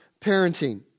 parenting